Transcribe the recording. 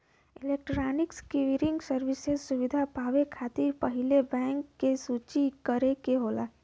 electronic clearing services सुविधा पावे खातिर पहिले बैंक के सूचित करे के होला